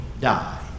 die